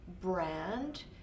brand